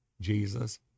Jesus